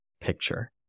picture